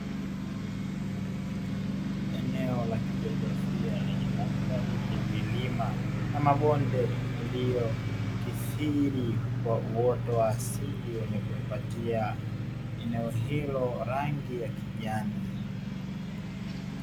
Eneo la kijiografia lenye mandhari ya milima na mabonde iliyokithiri kwa uoto wa asili wenye kuipatia eneo hilo rangi ya kijani.